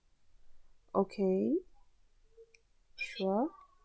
okay sure